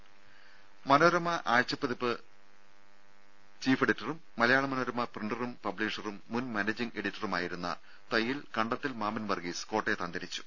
ദര മനോരമ ആഴ്ചപ്പതിപ്പ് ചീഫ് എഡിറ്ററും മലയാള മനോരമ പ്രിന്ററും പബ്ലിഷറും മുൻ മാനേജിംഗ് എഡിറ്ററുമായിരുന്ന തയ്യിൽ കണ്ടത്തിൽ മാമ്മൻ വർഗീസ് കോട്ടയത്ത് അന്തരിച്ചു